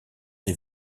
des